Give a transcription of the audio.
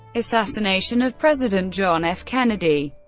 assassination of president john f. kennedy